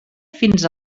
fins